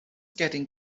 getting